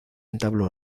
entabló